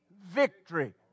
victory